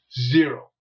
Zero